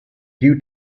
due